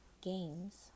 games